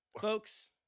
Folks